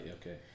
okay